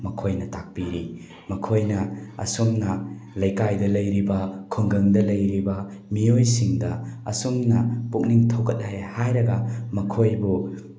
ꯃꯈꯣꯏꯅ ꯇꯥꯛꯄꯤꯔꯤ ꯃꯈꯣꯏꯅ ꯑꯁꯨꯝꯅ ꯂꯩꯀꯥꯏꯗ ꯂꯩꯔꯤꯕ ꯈꯨꯡꯒꯪꯗ ꯂꯩꯔꯤꯕ ꯃꯤꯑꯣꯏꯁꯤꯡꯗ ꯑꯁꯨꯝꯅ ꯄꯨꯛꯅꯤꯡ ꯊꯧꯒꯠꯂꯦ ꯍꯥꯏꯔꯒ ꯃꯈꯣꯏꯕꯨ